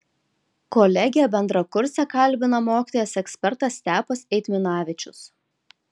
kolegę bendrakursę kalbina mokytojas ekspertas stepas eitminavičius